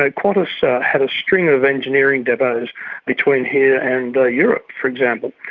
ah qantas had a string of engineering depots between here and europe, for example.